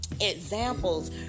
examples